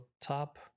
top